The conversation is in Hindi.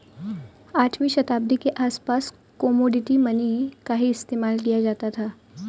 आठवीं शताब्दी के आसपास कोमोडिटी मनी का ही इस्तेमाल किया जाता था